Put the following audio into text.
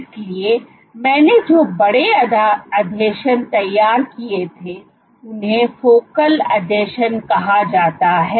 इसलिए मैंने जो बड़े आसंजन तैयार किए थे उन्हें फोकल आसंजन कहा जाता है